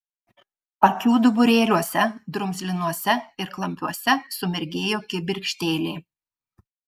akių duburėliuose drumzlinuose ir klampiuose sumirgėjo kibirkštėlė